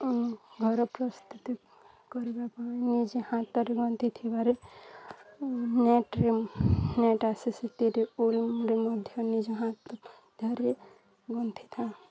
ଆଉ ଘର ପ୍ରସ୍ତୁତି କରିବା ପାଇଁ ନିଜେ ହାତରେ ଗୁନ୍ଥି ଥିବାରେ ନେଟରେ ନେଟ୍ ଆସେ ସେଥିରେ ଉଲରେ ମଧ୍ୟ ନିଜ ହାତରେ ଗୁନ୍ଥିଥାଉ